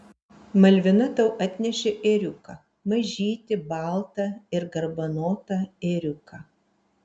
malvina tau atnešė ėriuką mažytį baltą ir garbanotą ėriuką